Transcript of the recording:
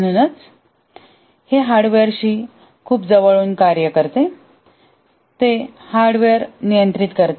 म्हणूनच हे सॉफ्टवेअर हार्डवेअरशी जवळून कार्य करते ते हार्डवेअर नियंत्रित करते